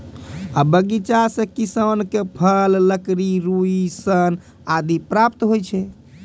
बगीचा सें किसान क फल, लकड़ी, रुई, सन आदि प्राप्त होय छै